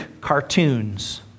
cartoons